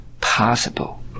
possible